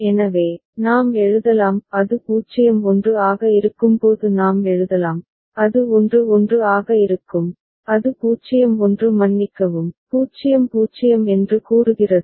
எனவே நாம் எழுதலாம் அது 0 1 ஆக இருக்கும்போது நாம் எழுதலாம் அது 1 1 ஆக இருக்கும் அது 0 1 மன்னிக்கவும் 0 0 என்று கூறுகிறது